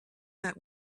that